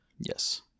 Yes